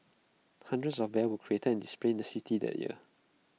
hundreds of bears were created and displayed in the city that year